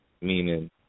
meaning